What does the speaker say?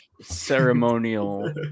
ceremonial